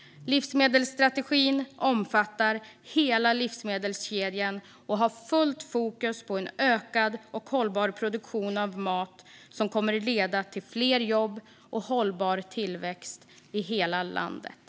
Livsmedelsstrategin omfattar hela livsmedelskedjan och har fullt fokus på en ökad och hållbar produktion av mat som kommer att leda till fler jobb och hållbar tillväxt i hela landet.